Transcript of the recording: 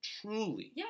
truly